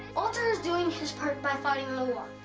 walter is doing his part by fighting in